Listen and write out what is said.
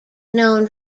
known